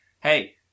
hey